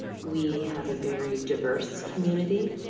we have a very diverse community,